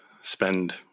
spend